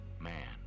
man